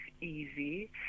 easy